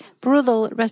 brutal